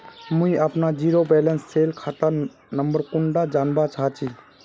मुई अपना zero balance सेल खाता नंबर कुंडा जानवा चाहची?